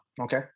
Okay